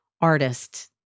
artist